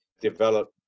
develop